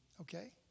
Okay